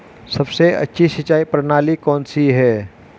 सबसे अच्छी सिंचाई प्रणाली कौन सी है?